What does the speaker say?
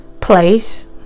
place